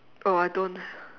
oh I don't